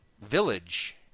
village